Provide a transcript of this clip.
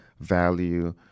value